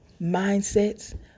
Mindsets